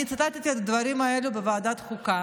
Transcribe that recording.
אני ציטטתי את הדברים האלו בוועדת החוקה.